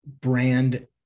brand